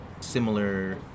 similar